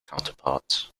counterparts